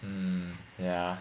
mm ya